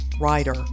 writer